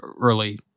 early